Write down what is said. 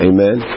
Amen